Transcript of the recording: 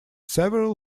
several